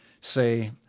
say